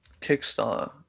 Kickstarter